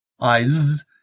eyes